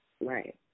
Right